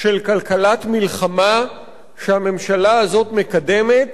של כלכלת מלחמה שהממשלה הזאת מקדמת.